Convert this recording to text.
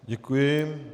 Děkuji.